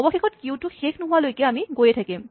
অৱশেষত কিউ টো শেষ নোহোৱালৈকে আমি গৈ থাকিম